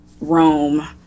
Rome